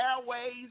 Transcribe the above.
airways